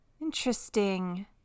interesting